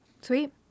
sweet